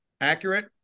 Accurate